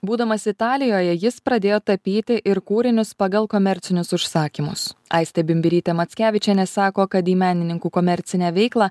būdamas italijoje jis pradėjo tapyti ir kūrinius pagal komercinius užsakymus aistė bimbirytė mackevičienė sako kad į menininkų komercinę veiklą